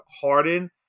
Harden